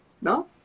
no